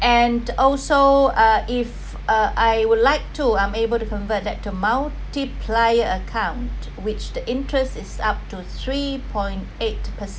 and also uh if uh I would like to I'm able to convert that to multiply account which the interest is up to three point eight percent